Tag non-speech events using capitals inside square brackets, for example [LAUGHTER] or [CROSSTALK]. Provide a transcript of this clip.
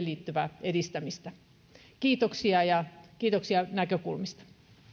[UNINTELLIGIBLE] liittyvää edistämistä kiitoksia ja kiitoksia näkökulmista